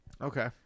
Okay